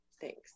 thanks